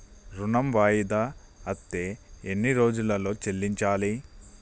ఋణం వాయిదా అత్తే ఎన్ని రోజుల్లో చెల్లించాలి?